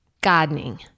Gardening